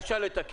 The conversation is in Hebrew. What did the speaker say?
נחזור לתקן.